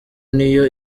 niyo